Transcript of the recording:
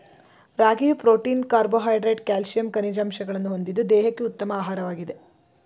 ರಾಗಿಯು protein carbohydrates calcium ಖನಿಜಾಂಶಗಳನ್ನು ಹೊಂದಿದ್ದು ದೇಹಕ್ಕೆ ಉತ್ತಮ ಆಹಾರವಾಗಿದೆ